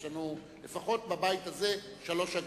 בבית הזה יש לנו לפחות שלוש הגדרות.